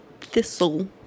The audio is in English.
thistle